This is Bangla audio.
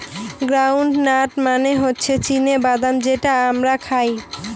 গ্রাউন্ড নাট মানে হচ্ছে চীনা বাদাম যেটা আমরা খাই